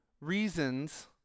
reasons